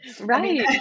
Right